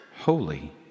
Holy